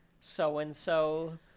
so-and-so